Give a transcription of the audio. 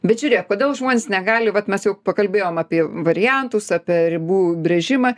bet žiūrėk kodėl žmonės negali vat mes jau pakalbėjom apie variantus apie ribų brėžimą